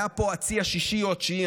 היה פה הצי השישי או התשיעי,